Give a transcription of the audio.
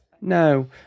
No